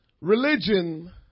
Religion